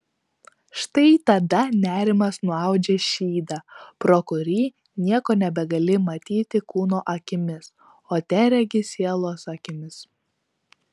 štai tada nerimas nuaudžia šydą pro kurį nieko nebegali matyti kūno akimis o teregi sielos akimis